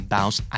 Bounce